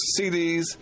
CDs